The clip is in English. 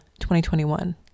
2021